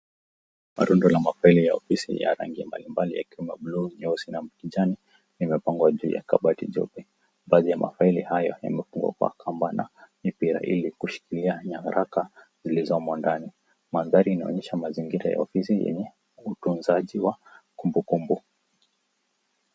Marundo la mafaili ya ofisi ya rangi mbalimbali yakiwemo blue , nyeusi na kijani, yamepangwa juu ya kabati jeupe. Baadhi ya mafaili hayo yamefungwa kwa kamba na mipira ili kushikilia nyaraka zilizomo ndani. Mandhari inaonyesha mazingira ya ofisi yenye utunzaji wa kumbukumbu.